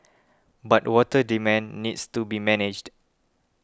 but water demand needs to be managed